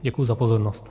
Děkuji za pozornost.